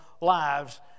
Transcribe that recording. lives